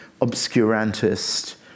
obscurantist